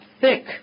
thick